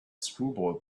screwball